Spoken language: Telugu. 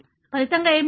ఫలితంగా ఏమి జరుగుతుంది